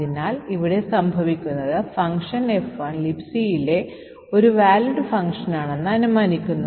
അതിനാൽ ഇവിടെ സംഭവിക്കുന്നത് ഫംഗ്ഷൻ F1 Libcയിലെ ഒരു വാലിഡ് ഫംഗ്ഷനാണെന്ന് അനുമാനിക്കുന്നു